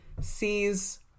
sees